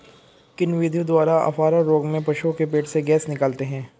किन विधियों द्वारा अफारा रोग में पशुओं के पेट से गैस निकालते हैं?